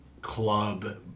club